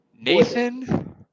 Nathan